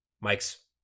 Mike's